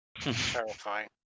Terrifying